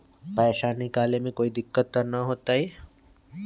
पैसा निकाले में कोई दिक्कत त न होतई?